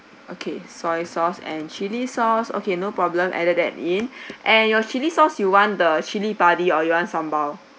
okay soy sauce and chili sauce okay no problem added that in and your chili sauce you want the chili padi or you want sambal